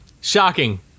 Shocking